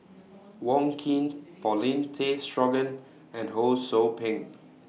Wong Keen Paulin Tay Straughan and Ho SOU Ping